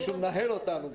מישהו מנהל אותנו.